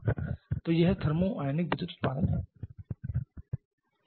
तो यहथर्मिओनिक विद्युत उत्पादन है